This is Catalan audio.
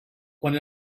quan